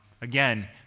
Again